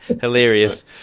hilarious